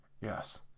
Yes